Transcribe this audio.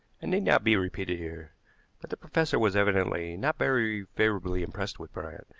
and need not be repeated here but the professor was evidently not very favorably impressed with bryant.